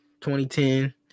2010